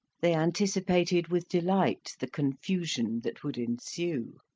they anticipated with delight the confusion that would ensue.